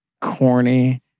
corny